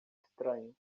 estranho